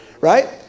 right